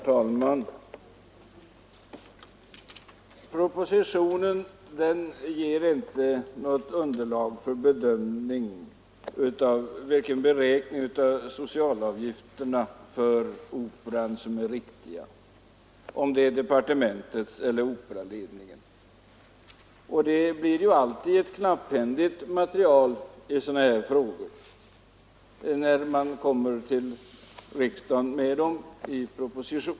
Herr talman! Propositionen ger inte något underlag för bedömning av vilken beräkning av de sociala avgifterna vid Operan som är den riktiga — departementets eller Operaledningens. När man kommer till riksdagen med proposition i sådana här frågor är materialet alltid knapphändigt.